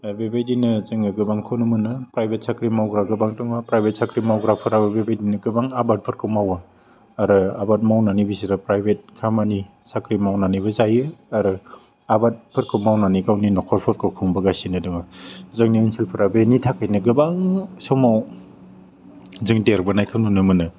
आर बे बायदिनो जोंङो गोबांखौनो मोनो प्राइभेट साख्रि मावग्रा गोबां दङ प्राइभेट साख्रि मावग्राफोराबो बेबायदिनो गोबां आबादफोरखौ मावो आरो आबाद मावनानै बिसोरो प्राइभेट खामानि साख्रि मावनानैबो जायो आरो आबादफोरखौ मावनानै गावनि नखरफोरखौ खुंबोगासिनो दङ जोंनि ओनसोलफोरा बेनि थाखायनो गोबां समाव जों देरबोनायखौ नुनो मोनो